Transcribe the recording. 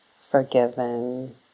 forgiven